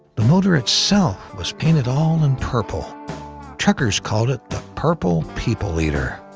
the motor itself was painted all in purple truckers called it the purple people eater.